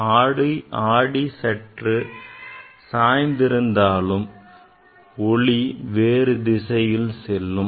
ஆடி சற்று சாய்ந்து இருந்தாலும் ஒளி வேறு திசையில் செல்லும்